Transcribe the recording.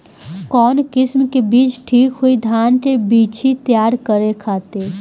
कवन किस्म के बीज ठीक होई धान के बिछी तैयार करे खातिर?